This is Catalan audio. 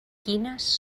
quines